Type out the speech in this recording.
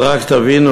אז רק תבינו